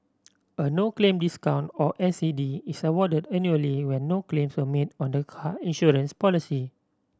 a no claim discount or N C D is awarded annually when no claims were made on the car insurance policy